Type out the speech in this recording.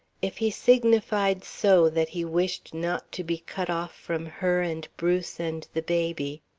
if he signified so that he wished not to be cut off from her and bruce and the baby,